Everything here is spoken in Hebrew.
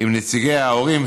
עם נציגי ההורים,